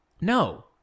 No